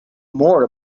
more